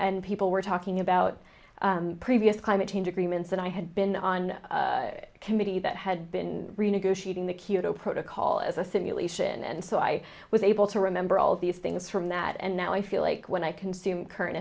and people were talking about previous climate change agreements and i had been on a committee that had been renegotiating the kyoto protocol as a simulation and so i was able to remember all these things from that and now i feel like when i consume current